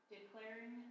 Declaring